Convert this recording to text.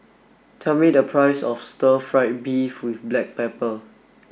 tell me the price of stir fried beef with black pepper